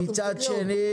מה אתה משגע אותו.